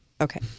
okay